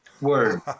word